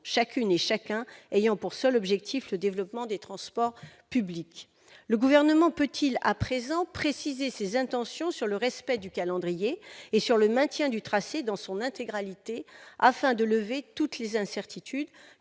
chacune et chacun ayant pour seul objectif le développement des transports publics. Le Gouvernement peut-il à présent préciser ses intentions sur le respect du calendrier et sur le maintien du tracé dans son intégralité, afin de lever toutes les incertitudes